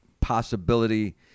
Possibility